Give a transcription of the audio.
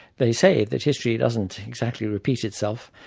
they say that history doesn't exactly repeat itself,